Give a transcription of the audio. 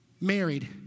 married